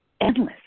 endless